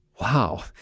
wow